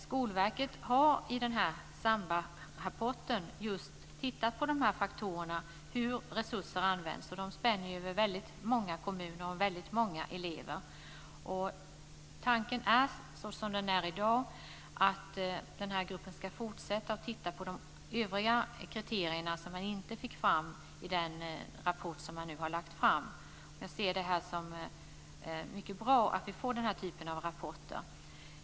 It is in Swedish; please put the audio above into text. Skolverket har i SAMBA-rapporten tittat på hur resurser används, och den spänner över väldigt många kommuner och elever. Tanken i dag är att den här gruppen ska fortsätta och titta på de övriga kriterierna som man inte fick fram i den senaste rapporten. Jag ser det som mycket bra att vi får den här typen av rapporter.